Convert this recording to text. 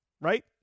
right